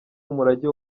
umurage